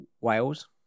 Wales